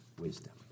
wisdom